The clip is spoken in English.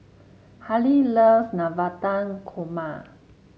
Hali loves Navratan Korma